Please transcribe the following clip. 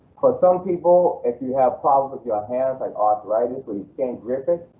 for some people, if you have problems with your hands like arthritis, but you can't grip it,